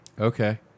Okay